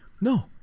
No